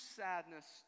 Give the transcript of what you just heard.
sadness